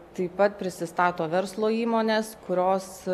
taip pat prisistato verslo įmonės kurios